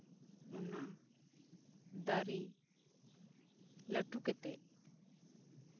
ᱚᱱᱟ ᱫᱟᱨᱮ ᱞᱟᱹᱴᱩ ᱠᱟᱛᱮᱜ